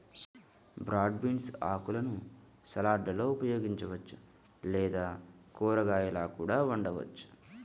broad beans ఆకులను సలాడ్లలో ఉపయోగించవచ్చు లేదా కూరగాయలా కూడా వండవచ్చు